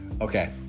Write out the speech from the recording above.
Okay